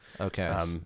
Okay